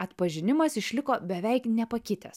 atpažinimas išliko beveik nepakitęs